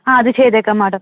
ആ അത് ചെയ്തേക്കാം മാഡം